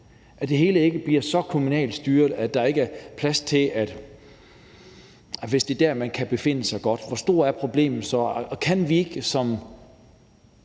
at det hele ikke bliver så kommunalt styret, at der ikke er plads til det, hvis det er der, man kan befinde sig godt. Hvor stort er problemet så, og kan vi ikke over